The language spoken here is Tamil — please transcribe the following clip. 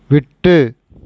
விட்டு